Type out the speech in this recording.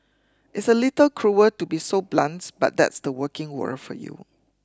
it's a little cruel to be so blunt but that's the working world for you